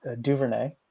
DuVernay